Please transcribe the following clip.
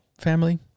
family